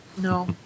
No